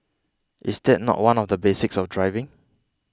is that not one of the basics of driving